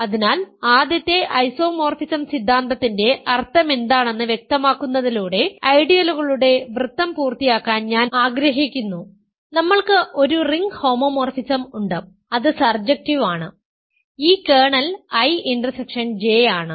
അതിനാൽ ആദ്യത്തെ ഐസോമോർഫിസം സിദ്ധാന്തത്തിന്റെ അർത്ഥമെന്താണെന്ന് വ്യക്തമാക്കുന്നതിലൂടെ ഐഡിയലുകളുടെ വൃത്തം പൂർത്തിയാക്കാൻ ഞാൻ ആഗ്രഹിക്കുന്നു നമ്മൾക്ക് ഒരു റിംഗ് ഹോമോമോർഫിസം ഉണ്ട് അത് സർജക്റ്റീവ് ആണ് ഈ കേർണൽ I ഇന്റർസെക്ഷൻ J ആണ്